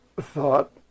thought